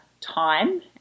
time